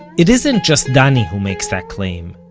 it isn't just danny who makes that claim.